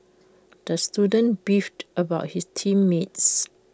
the student beefed about his team mates